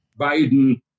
Biden